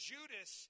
Judas